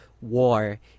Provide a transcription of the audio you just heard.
war